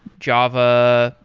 java.